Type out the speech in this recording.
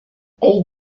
elle